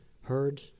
heard